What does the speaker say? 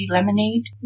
Lemonade